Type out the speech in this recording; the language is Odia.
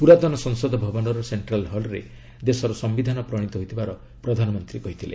ପୁରାତନ ସଂସଦ ଭବନର ସେଷ୍ଟ୍ରାଲ ହଲ୍ରେ ଦେଶର ସିୟିଧାନ ପ୍ରଣିତ ହୋଇଥିବାର ପ୍ରଧାନମନ୍ତ୍ରୀ କହିଥିଲେ